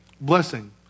blessing